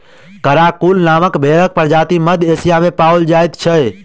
Karakul नामक भेंड़क प्रजाति मध्य एशिया मे पाओल जाइत छै